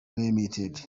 ltd